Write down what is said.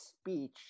speech